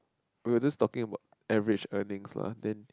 we're just talking about average earnings lah then